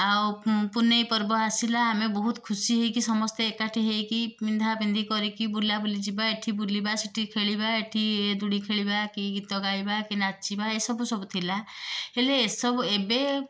ଆଉ ପୁନେଇ ପର୍ବ ଆସିଲା ଆମେ ବହୁତ ଖୁସି ହେଇକି ସମସ୍ତେ ଏକାଠି ହେଇକି ପିନ୍ଧାପିନ୍ଧି କରିକି ବୁଲାବୁଲି ଯିବା ଏଇଠି ବୁଲିବା ସେଇଠି ଖେଳିବା ଏଇଠି ଦୋଳି ଖେଳିବା କି ଗୀତ ଗାଇବା କି ନାଚିବା ଏ ସବୁ ସବୁ ଥିଲା ହେଲେ ଏ ସବୁ ଏବେ